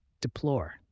Deplore